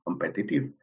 competitive